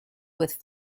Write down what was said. with